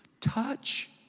touch